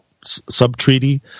sub-treaty